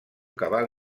cabal